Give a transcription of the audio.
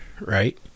right